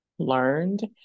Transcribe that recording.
learned